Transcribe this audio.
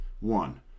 One